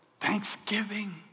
Thanksgiving